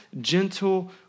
gentle